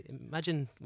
Imagine